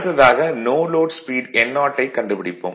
அடுத்ததாக no load speed n0 ஐக் கண்டுபிடிப்போம்